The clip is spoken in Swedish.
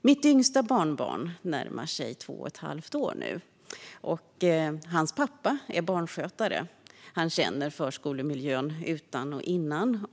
Mitt yngsta barnbarn närmar sig två och ett halvt år. Hans pappa är barnskötare. Han känner förskolemiljön utan och innan.